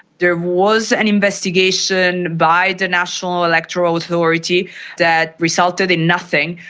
there was an investigation by the national electoral authority that resulted in nothing.